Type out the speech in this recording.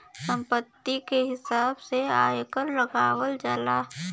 संपत्ति के हिसाब से आयकर लगावल जाला